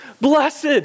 Blessed